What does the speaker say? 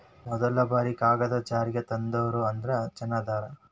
ಮದಲ ಬಾರಿ ಕಾಗದಾ ಜಾರಿಗೆ ತಂದೋರ ಅಂದ್ರ ಚೇನಾದಾರ